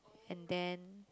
and then